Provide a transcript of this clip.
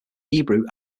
hebrew